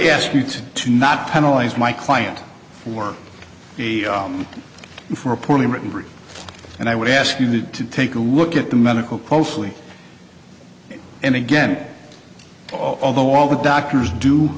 you to not penalize my client work for poorly written and i would ask you to take a look at the medical closely and again although all the doctors do